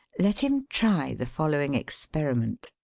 let him try the following experiment.